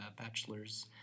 bachelor's